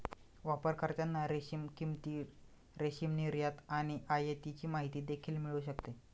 वापरकर्त्यांना रेशीम किंमती, रेशीम निर्यात आणि आयातीची माहिती देखील मिळू शकते